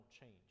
change